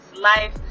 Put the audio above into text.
life